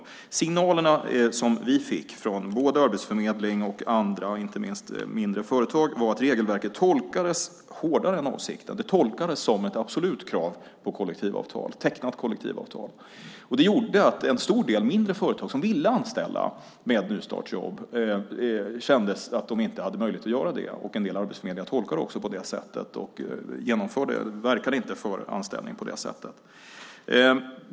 De signaler som vi fick från både arbetsförmedling och andra, inte minst mindre företag, var att regelverket tolkades hårdare än avsikten. Det tolkades som ett absolut krav på tecknat kollektivavtal. Det gjorde att en stor del mindre företag som ville anställa med nystartsjobb kände att de inte hade möjlighet att göra det. En del arbetsförmedlingar tolkade det också så och verkade inte för anställning på det sättet.